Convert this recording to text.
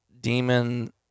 demon